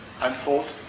Unfold